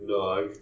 dog